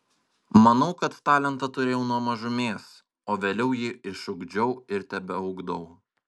manau kad talentą turėjau nuo mažumės o vėliau jį išugdžiau ir tebeugdau